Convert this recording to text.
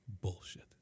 bullshit